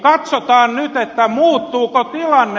katsotaan nyt muuttuuko tilanne